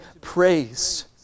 praised